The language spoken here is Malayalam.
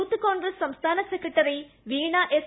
യൂത്ത് കോൺഗ്രസ് സംസ്ഥാന സെക്രട്ടറി വീണ എസ്